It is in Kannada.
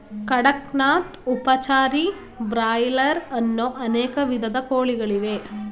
ಕಡಕ್ ನಾಥ್, ಉಪಚಾರಿ, ಬ್ರಾಯ್ಲರ್ ಅನ್ನೋ ಅನೇಕ ವಿಧದ ಕೋಳಿಗಳಿವೆ